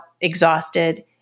exhausted